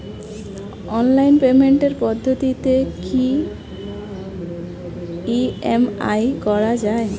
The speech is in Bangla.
অনলাইন পেমেন্টের পদ্ধতিতে কি ই.এম.আই করা যায়?